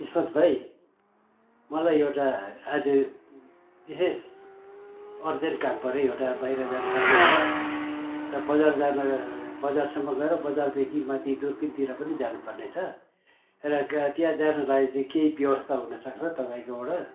किस्मत भाइ मलाई एउटा आजु विशेष अर्जेन्ट काम पऱ्यो एउटा बाहिर जानु पर्ने छ र बजार जान बजारसम्म गएर बजारदेखि माथी दुर्पिनतिर पनि जानु पर्ने छ र त्यहाँ जानुको लागि चाहिँ केही व्यवस्था हुनु सक्छ तपाईँकोबाट